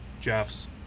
Jeff's